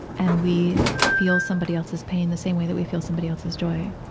and we feel somebody else's pain the same way that we feel somebody else's joy.